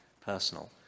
personal